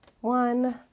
One